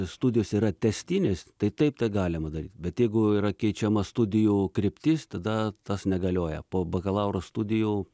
studijos yra tęstinės tai taip tai galima daryt bet jeigu yra keičiama studijų kryptis tada tas negalioja po bakalauro studijų